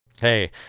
Hey